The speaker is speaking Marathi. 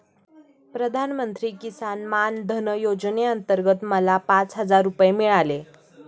प्रधानमंत्री किसान मान धन योजनेअंतर्गत मला पाच हजार रुपये मिळाले